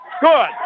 Good